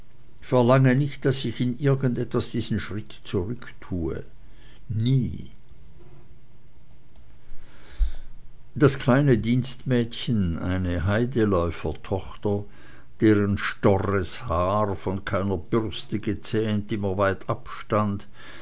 verlange nicht daß ich in irgend etwas diesen schritt zurück tue nie das kleine dienstmädchen eine heideläufertochter deren storres haar von keiner bürste gezähmt immer weit abstand